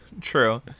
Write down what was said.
True